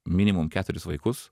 minimum keturis vaikus